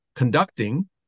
Conducting